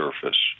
surface